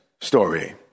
story